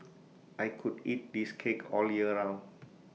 I could eat this cake all year round